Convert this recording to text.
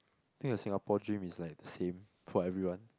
think the Singapore dream is like the same for everyone